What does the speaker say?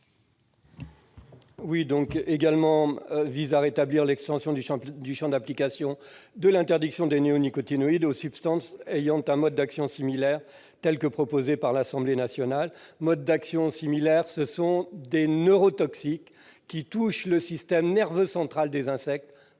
Il vise également à rétablir l'extension du champ d'application de l'interdiction des néonicotinoïdes aux substances ayant un mode d'action similaire, telle qu'elle a été proposée par l'Assemblée nationale. Ces substances sont des neurotoxiques, qui affectent le système nerveux central des insectes,